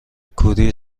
کوری